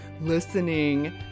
listening